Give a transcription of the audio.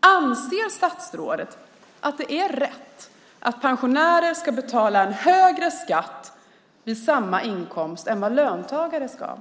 Anser statsrådet att det är rätt att pensionärer ska betala en högre skatt för samma inkomst än vad en löntagare betalar?